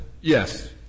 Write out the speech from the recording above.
Yes